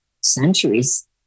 centuries